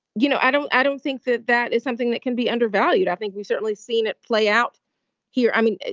you know, i don't i don't think that that is something that can be undervalued. i think we've certainly seen it play out here. i mean,